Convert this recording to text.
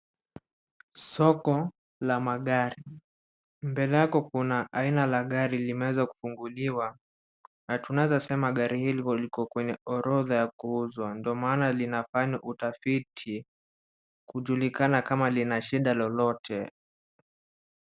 Soko la magari mbele yako kuna aina la gari limeweza kufunguliwa na tunaeza sema gari hili liko kwenye orodha ya kuuzwa ndio maana linafanywa utafiti kujulikana kama lina shida lolote.